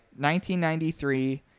1993